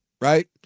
right